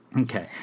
Okay